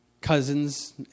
cousins